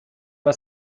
pas